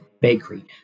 bakery